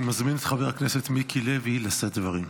אני מזמין את חבר הכנסת מיקי לוי לשאת דברים.